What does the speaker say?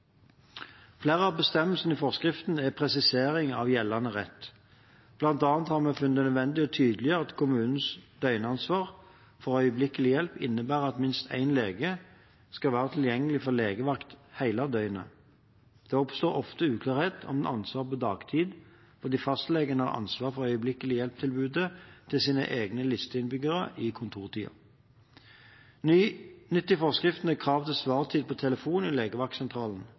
Flere av bestemmelsene i forskriften er presiseringer av gjeldende rett. Blant annet har vi funnet det nødvendig å tydeliggjøre at kommunens døgnansvar for øyeblikkelig hjelp innebærer at minst én lege skal være tilgjengelig for legevakt hele døgnet. Det oppstår ofte uklarhet om ansvaret på dagtid, fordi fastlegene har ansvar for øyeblikkelig-hjelp-tilbudet til sine egne listeinnbyggere i kontortiden. Nytt i forskriften er krav til svartid på telefonen i